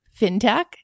fintech